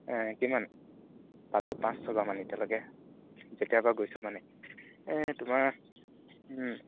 কিমান পালোঁ পাঁচ ছশমান এতিয়ালৈকে যেতিয়াৰ পৰা গৈছোঁ মানে এই তোমাৰ